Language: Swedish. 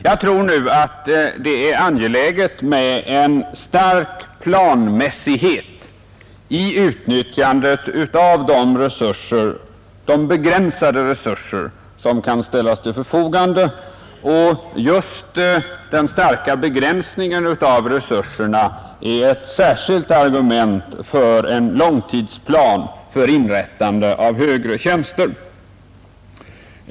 Jag tror att det är angeläget med en stark planmässighet i utnyttjandet av de begränsade resurser som kan ställas till förfogande, och just denna starka begränsning av resurserna är ett särskilt argument för en långtidsplan för inrättande av högre tjänster.